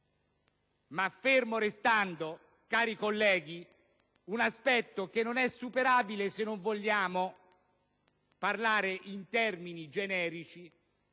fermo restando, un aspetto che non è superabile se non vogliamo parlare in termini generici,